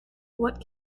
what